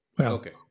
Okay